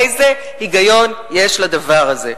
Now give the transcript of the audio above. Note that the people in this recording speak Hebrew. איזה היגיון יש בדבר הזה?